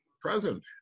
present